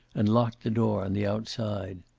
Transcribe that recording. and locked the door on the outside.